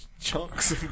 chunks